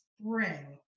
spring